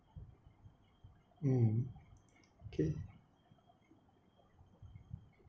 mm okay